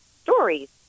stories